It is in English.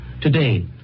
today